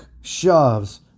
Shoves